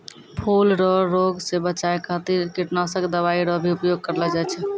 फूलो रो रोग से बचाय खातीर कीटनाशक दवाई रो भी उपयोग करलो जाय छै